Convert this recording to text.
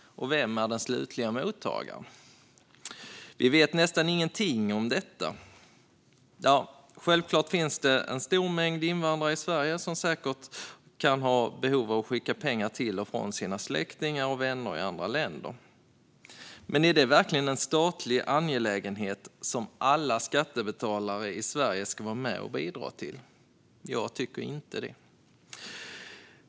Och vem är den slutliga mottagaren? Vi vet nästan ingenting om det. Självklart finns det en stor mängd invandrare i Sverige som säkert kan ha behov av att skicka pengar till och från släktingar och vänner i andra länder. Men är det verkligen en statlig angelägenhet som alla skattebetalare i Sverige ska vara med och bidra till? Jag tycker inte det.